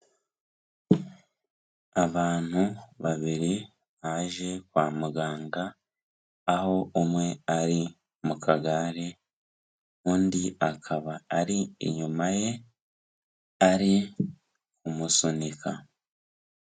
Abantu babiri baje kwa muganga, aho umwe ari mu kagare, undi akaba ari inyuma ye ari kumusunika.